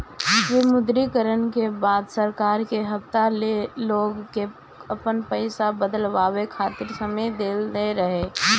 विमुद्रीकरण के बाद सरकार कई हफ्ता ले लोग के आपन पईसा बदलवावे खातिर समय देहले रहे